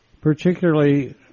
particularly